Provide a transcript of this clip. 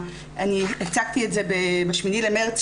הצגתי את זה ב-8 למרס,